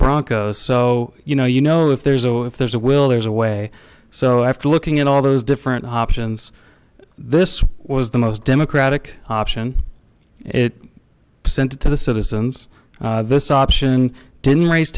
broncos so you know you know if there's oh if there's a will there's a way so after looking at all those different options this was the most democratic option it presented to the citizens of this option didn't raise